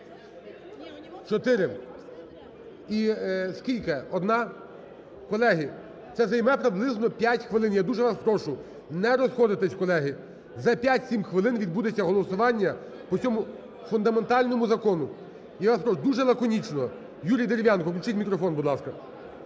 Чотири. І скільки? Одна? Колеги, це займе приблизно 5 хвилин. Я дуже вас прошу не розходитись, колеги. За 5-7 хвилин відбудеться голосування по цьому фундаментальному закону, я вас прошу дуже лаконічно. Юрій Дерев'янко, включіть мікрофон, будь ласка.